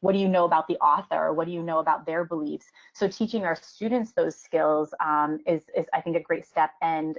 what do you know about the author or what do you know about their beliefs? so teaching our students those skills is, i think, a great step. and